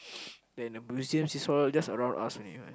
then the museums is all just around us only right